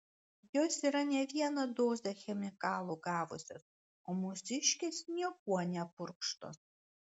jos yra ne vieną dozę chemikalų gavusios o mūsiškės niekuo nepurkštos